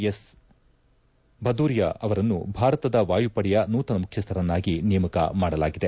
S Bhadauria ಅವರನ್ನು ಭಾರತದ ವಾಯುಪಡೆಯ ನೂತನ ಮುಖ್ಯಸ್ಥರನ್ನಾಗಿ ನೇಮಕ ಮಾಡಲಾಗಿದೆ